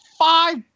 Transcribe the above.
five